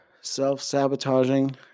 self-sabotaging